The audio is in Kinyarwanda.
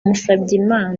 musabyimana